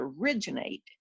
originate